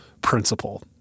principle